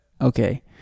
okay